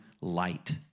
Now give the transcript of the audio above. light